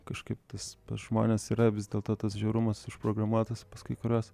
kažkaip tas žmonės yra vis dėlto tas žiaurumas užprogramuotas pas kai kuriuos